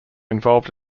involved